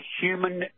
human